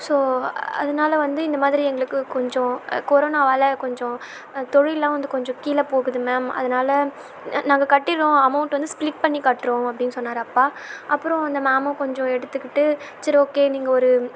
so அதனால வந்து இந்தமாதிரி எங்களுக்கு கொஞ்சம் கொரோனாவில் கொஞ்சம் தொழில்லாம் வந்து கொஞ்சம் கீழே போகுது மேம் அதனால நாங்கள் கட்டிடுறோம் அமௌண்ட் வந்து ஸ்பிளிட் பண்ணி கட்டுறோம் அப்படினு சொன்னார் அப்பா அப்புறம் அந்த மேமும் கொஞ்சம் எடுத்துக்கிட்டு சரி ஓகே நீங்கள் ஒரு